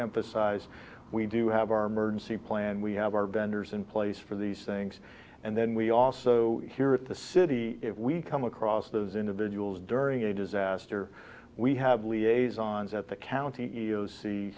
emphasize we do have our emergency plan we have our vendors in place for these things and then we also here at the city if we come across those individuals during a disaster we have liaisons at the county